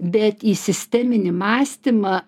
bet į sisteminį mąstymą